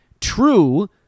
true